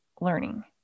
learning